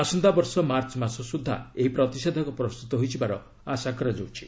ଆସନ୍ତାବର୍ଷ ମାର୍ଚ୍ଚ ମାସ ସୁଦ୍ଧା ଏହି ପ୍ରତିଷେଧକ ପ୍ରସ୍ତୁତ ହୋଇଯିବାର ଆଶା କରାଯାଉଛି